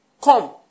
Come